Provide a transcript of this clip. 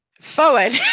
Forward